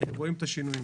רואים את השינויים.